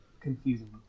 confusing